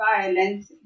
violence